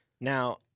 Now